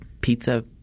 pizza